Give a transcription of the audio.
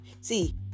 See